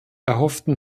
erhofften